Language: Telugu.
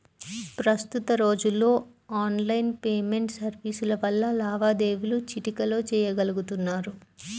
ప్రస్తుత రోజుల్లో ఆన్లైన్ పేమెంట్ సర్వీసుల వల్ల లావాదేవీలు చిటికెలో చెయ్యగలుతున్నారు